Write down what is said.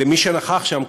למי שנכח שם,